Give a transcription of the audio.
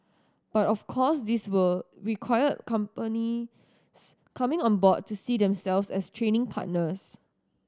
but of course this would require companies coming on board to see themselves as training partners